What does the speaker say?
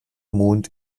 mond